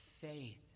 faith